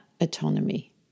autonomy